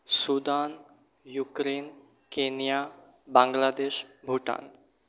Sudan Ukraine Kenya Bangladesh Bhutan